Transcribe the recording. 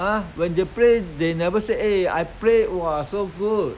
!huh! when they play they never say eh I play !wah! so good